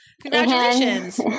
Congratulations